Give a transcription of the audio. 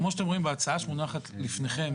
כמו שאתם רואים בהצעה שמונחת לפניכם,